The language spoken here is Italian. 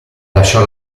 lasciò